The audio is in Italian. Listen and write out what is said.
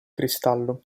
cristallo